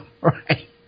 Right